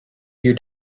you